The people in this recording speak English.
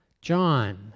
John